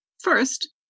First